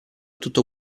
tutto